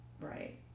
Right